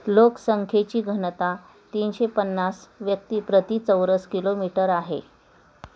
लोकसंख्येची घनता तीनशे पन्नास व्यक्ती प्रति चौरस किलोमीटर आहे